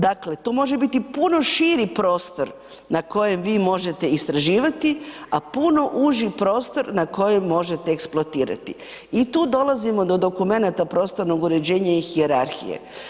Dakle, to može biti puno širi prostor na kojem vi možete istraživati, a puno uži prostor na koji možete eksploatirati i tu dolazimo do dokumenata prostornog uređenja i hijerarhije.